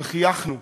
וחייכנו,